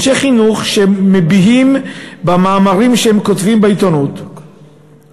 אנשי חינוך שמביעים במאמרים שהם כותבים בעיתונות